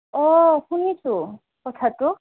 অঁ শুনিছোঁ কথাটো